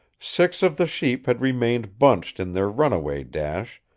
six of the sheep had remained bunched in their runaway dash,